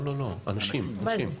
אנשים.